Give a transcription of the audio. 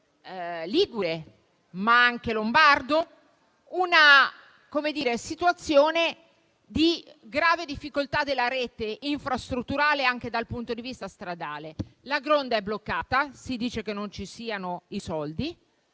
ligure, ma anche lombardo, abbiamo una situazione di grave difficoltà della rete infrastrutturale, anche dal punto di vista stradale. La Gronda è bloccata (si dice che non ci siano i soldi);